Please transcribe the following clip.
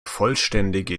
vollständige